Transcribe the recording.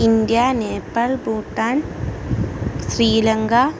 India Nepal Bhutan Sri Lanka